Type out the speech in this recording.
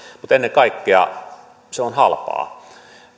ennen kaikkea se on halpaa